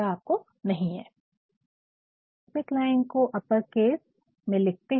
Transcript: आप subject line को upper case या बड़े अक्षर में लिखते है